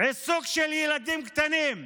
עיסוק של ילדים קטנים,